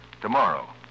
tomorrow